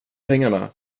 pengarna